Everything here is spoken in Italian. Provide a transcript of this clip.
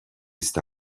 sta